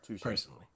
Personally